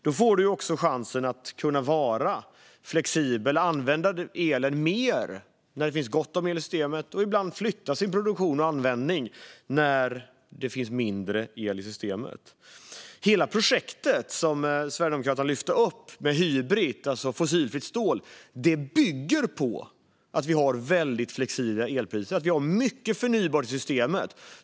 Då får man också chansen att vara flexibel och att använda elen mer när det finns gott om el i systemet och ibland flytta sin produktion och användning när det finns mindre el i systemet. Hela projektet med Hybrit, alltså fossilfritt stål, som Sverigedemokraterna tog upp, bygger på att vi har väldigt flexibla elpriser och mycket förnybart i systemet.